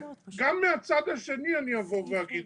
גם מהצד השני אני אגיד,